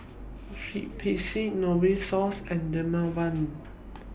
Strepsils Novosource and Dermaveen